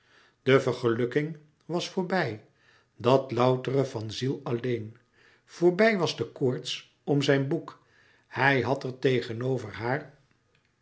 de vergelukking was voorbij dat loutere van ziel alleen voorbij was de koorts om zijn boek hij had er tegenover haar